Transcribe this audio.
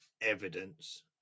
evidence